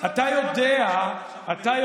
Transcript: אבל אתה יודע היטב,